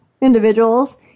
individuals